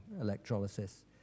electrolysis